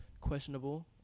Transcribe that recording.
questionable